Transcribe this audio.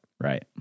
Right